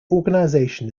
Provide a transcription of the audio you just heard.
organization